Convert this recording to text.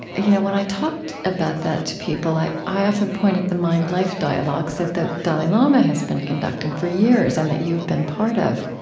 you know, when i talked about that to people, i i often point at the mind-life dialogues that the dalai lama has been conducting for years and that you have been part of.